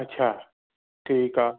अच्छा ठीकु आहे